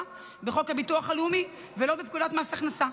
בחוק הביטוח הלאומי ולא בפקודת מס הכנסה.